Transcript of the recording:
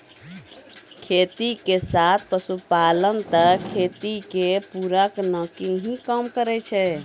खेती के साथ पशुपालन त खेती के पूरक नाकी हीं काम करै छै